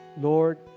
Lord